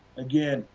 again,